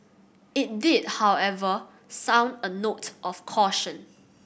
it did however sound a note of caution